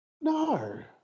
No